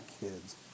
kids